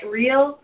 real